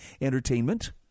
entertainment